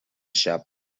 sharp